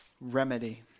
remedy